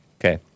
Okay